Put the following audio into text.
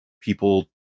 people